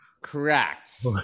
Correct